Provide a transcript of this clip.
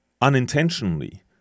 Unintentionally